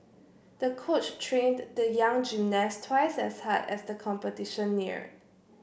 the coach trained the young gymnast twice as hard as the competition neared